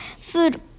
food